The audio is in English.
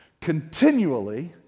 continually